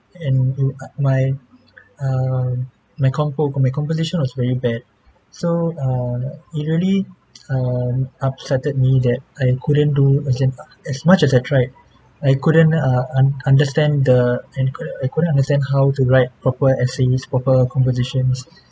and uh my err my compo~ my composition was very bad so err it really um upset me that I couldn't do as in as much as I tried I couldn't uh un~ understand the I couldn't I couldn't understand how to write proper essays proper compositions